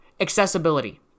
accessibility